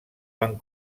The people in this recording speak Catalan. van